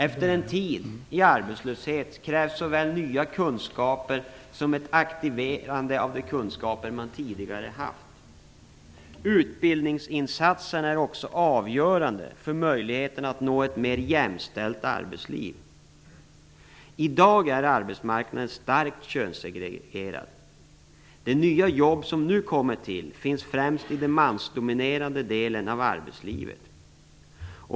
Efter en tid i arbetslöshet krävs såväl nya kunskaper som ett aktiverande av de kunskaper som man tidigare haft. Utbildningsinsatserna är också avgörande för möjligheterna att nå ett mer jämställt arbetsliv. I dag är arbetsmarknaden starkt könssegregerad. De nya jobb som nu tillkommer finns främst i den mansdominerade delen av arbetslivet.